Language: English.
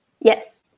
Yes